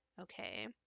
Okay